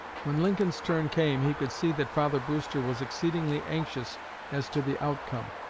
when lincoln's turn came he could see that father brewster was exceedingly anxious as to the outcome.